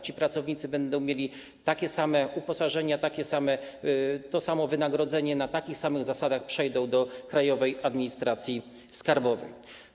Ci pracownicy będą mieli takie samo uposażenie, to samo wynagrodzenie, na takich samych zasadach przejdą do Krajowej Administracji Skarbowej.